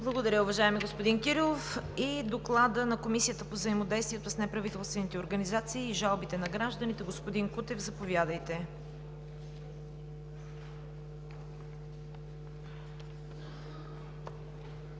Благодаря, уважаеми господин Кирилов. Доклад на Комисията по взаимодействието с неправителствените организации и жалбите на гражданите – господин Кутев, заповядайте.